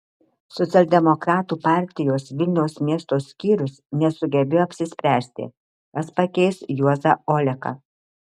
socialdemokratų partijos vilniaus miesto skyrius nesugebėjo apsispręsti kas pakeis juozą oleką